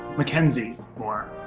mackenzie moore.